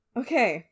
okay